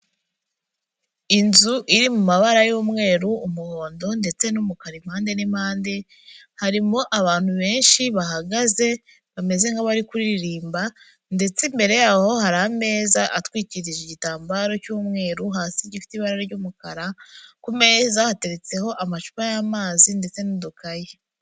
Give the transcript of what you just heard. Inzu iri mu mabara y'umweru umuhondo ndetse n'umukara impande n'impande harimo abantu benshi bahagaze bameze nk'abari kuririmba, ndetse imbere yaho hari ameza atwikirije igitambaro cy'umweru hasi gifite ibara ry'umukara ku meza, hateretseho amacupa y'amazi ndetse n'udukayi.